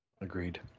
Agreed